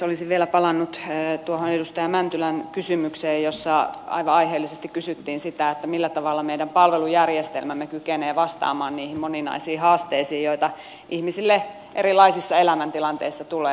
olisin vielä palannut tuohon edustaja mäntylän kysymykseen jossa aivan aiheellisesti kysyttiin sitä millä tavalla meidän palvelujärjestelmämme kykenee vastaamaan niihin moninaisiin haasteisiin joita ihmisille erilaisissa elämäntilanteissa tulee